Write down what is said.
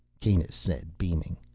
kanus said, beaming.